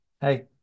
Hey